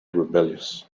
rebellious